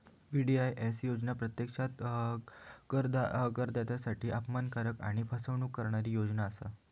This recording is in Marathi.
वी.डी.आय.एस योजना प्रत्यक्षात करदात्यांसाठी अपमानकारक आणि फसवणूक करणारी योजना असा